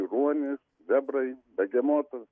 ruonis bebrai begemotas